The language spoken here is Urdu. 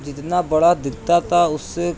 جتنا بڑا دکھتا تھا اس سے